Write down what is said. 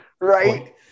Right